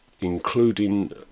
including